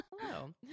hello